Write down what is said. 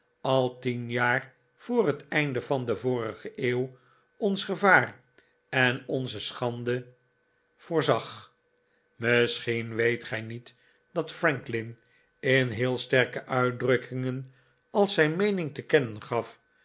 al tien jaar voor het einde van de vorige eeuw ons gevaar en onze schande voorzag misschien weet gij niet dat franklin in heel sterke uitdrukkingen als zijn meening te kennen gaf